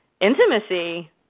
intimacy